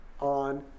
on